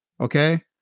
okay